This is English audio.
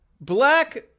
black